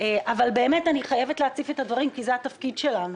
אני חייבת להציף את הדברים כי זה התפקיד שלנו: